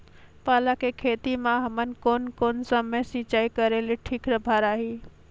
पाला के खेती मां हमन कोन कोन समय सिंचाई करेले ठीक भराही?